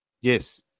Yes